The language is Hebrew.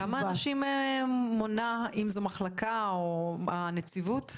כמה אנשים מונה הנציבות?